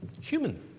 human